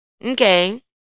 Okay